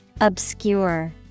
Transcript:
Obscure